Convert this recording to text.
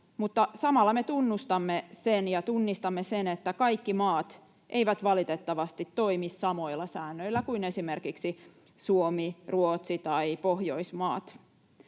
sen ja tunnistamme sen, että kaikki maat eivät valitettavasti toimi samoilla säännöillä kuin esimerkiksi Suomi, Ruotsi tai muut Pohjoismaat.